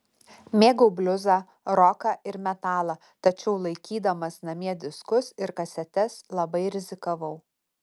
mėgau bliuzą roką ir metalą tačiau laikydamas namie diskus ir kasetes labai rizikavau